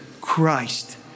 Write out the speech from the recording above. Christ